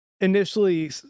initially